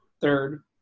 third